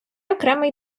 окремий